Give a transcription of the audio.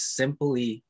simply